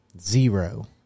Zero